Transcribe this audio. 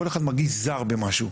כל אחד מרגיש זר במשהו,